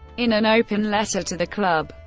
in an open letter to the club,